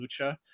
Lucha